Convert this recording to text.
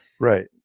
Right